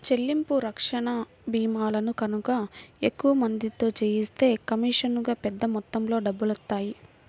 చెల్లింపు రక్షణ భీమాలను గనక ఎక్కువ మందితో చేయిస్తే కమీషనుగా పెద్ద మొత్తంలో డబ్బులొత్తాయి